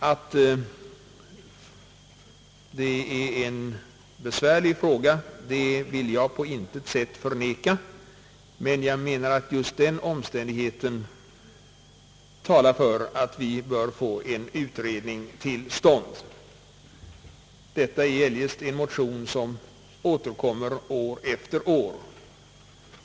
Att det är en besvärlig fråga vill jag på intet sätt förneka, men jag menar att just den omständigheten talar för att vi bör få en ordentlig utredning till stånd. Detta är eljest en motion, som återkommer år efter år.